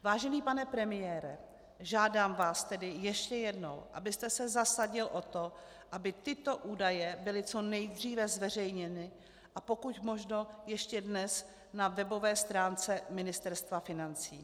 Vážený pane premiére, žádám vás tedy ještě jednou, abyste se zasadil o to, aby tyto údaje byly co nejdříve zveřejněny, a pokud možno ještě dnes, na webové stránce Ministerstva financí.